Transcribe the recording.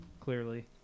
Clearly